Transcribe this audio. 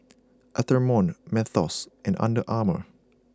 Atherton Mentos and Under Armour